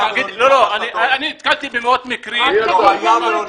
לא היה ולא נברא.